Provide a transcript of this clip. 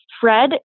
Fred